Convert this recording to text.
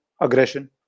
aggression